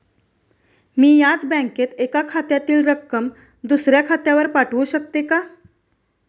मी याच बँकेत एका खात्यातील रक्कम दुसऱ्या खात्यावर पाठवू शकते का?